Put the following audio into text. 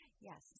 Yes